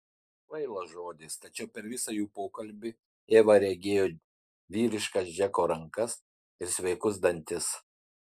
kvailas žodis tačiau per visą jų pokalbį eva regėjo vyriškas džeko rankas ir sveikus dantis